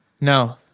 No